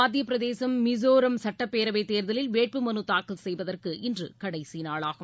மத்திய பிரதேசம் மிஸோராம் சட்டப்பேரவை தேர்தலில் வேட்பு மனுத்தாக்கல் செய்வதற்கு இன்று கடைசி நாளாகும்